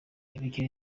imikino